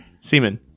semen